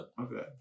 Okay